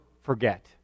forget